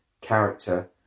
character